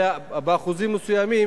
אלא באחוזים מסוימים,